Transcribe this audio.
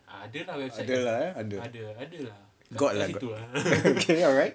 ada lah got lah got okay alright